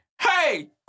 Hey